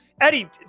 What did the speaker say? Eddie